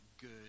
good